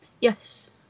Yes